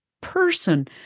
person